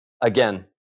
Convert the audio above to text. again